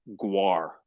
guar